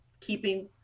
keeping